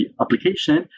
application